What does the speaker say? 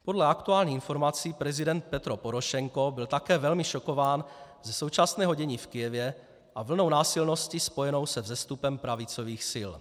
Podle aktuálních informací prezident Petro Porošenko byl také velmi šokován ze současného dění v Kyjevě a vlnou násilností spojenou se vzestupem pravicových sil.